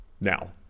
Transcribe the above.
Now